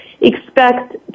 expect